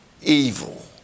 evil